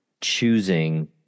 choosing